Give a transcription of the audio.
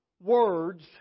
words